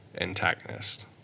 antagonist